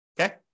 okay